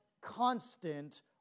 constant